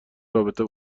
رابطه